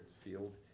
field